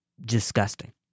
disgusting